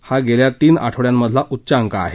हा गेल्या तीन आठवड्यातला उच्चांक आहे